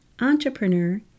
entrepreneur